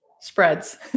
spreads